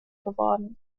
geworden